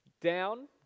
down